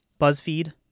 buzzfeed